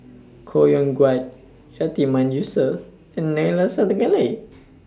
Koh Yong Guan Yatiman Yusof and Neila Sathyalingam